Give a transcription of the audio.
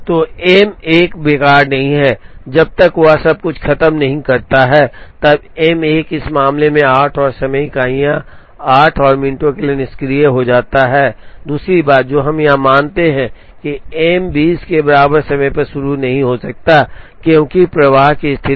तो M 1 बेकार नहीं है जब तक वह सब कुछ खत्म नहीं करता है तब M 1 इस मामले में 8 और समय इकाइयों या 8 और मिनटों के लिए निष्क्रिय हो जाता है दूसरी बात जो हम मानते हैं कि M 2 0 के बराबर समय पर शुरू नहीं हो सकता है क्योंकि प्रवाह की स्थिति